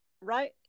right